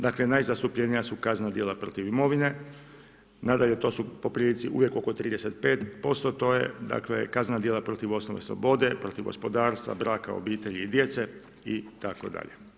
Dakle najzastupljenija su kaznena djela protiv imovine, nadalje to su po prilici uvijek oko 35%, to je dakle kaznena djela protiv osobne slobode, protiv gospodarstva, braka, obitelji i djece itd.